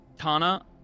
Tana